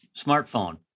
smartphone